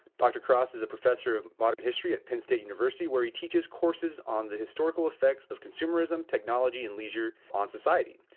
dr. cross is a professor of modern history at penn state university where he teaches courses on the historical effects of consumerism, technology and leisure on society.